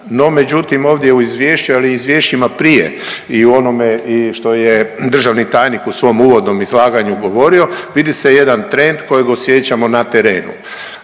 No, međutim ovdje u izvješću, ali i izvješćima prije i u onome što je državni tajnik u svom uvodnom izlaganju govorio vidi se jedan trend kojeg osjećamo na terenu.